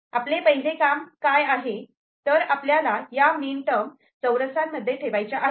आपले पहिले काम काय आहे हे तर आपल्याला या मिन टर्म चौरस मध्ये ठेवायच्या आहेत